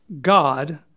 God